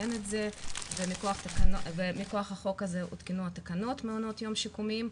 ומכוח החוק הזה הותקנו התקנות מעונות יום שיקומיים.